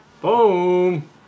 Boom